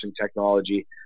technology